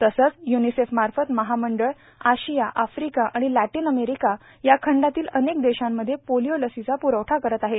तसंच य्निसेफमार्फत महामंडळ आशियाए आफ्रिका आणि लष्टीन अमेरिका या खंडातील अनेक देशामध्ये पोलिओ लसीचा प्रवठा करत आहे